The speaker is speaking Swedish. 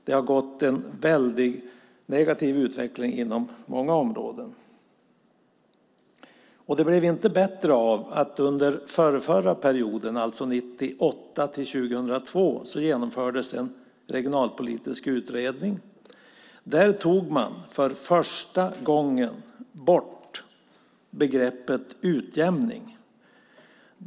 Det hade varit en väldigt negativ utveckling inom många områden. Det blev inte bättre av att under förförra perioden, alltså 1998-2002 genomfördes en regionalpolitisk utredning. Där tog man för första gången bort begreppet utjämning.